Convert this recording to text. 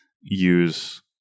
use